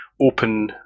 open